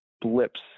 blips